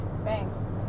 Thanks